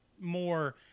more